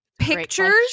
Pictures